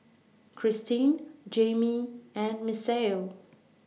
Kristen Jaimie and Misael